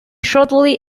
shortly